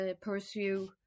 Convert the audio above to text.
pursue